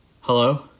Hello